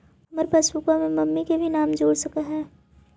हमार पासबुकवा में मम्मी के भी नाम जुर सकलेहा?